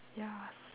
ya